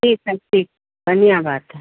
ठीक है ठीक बढ़िया बात है